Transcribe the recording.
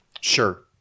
Sure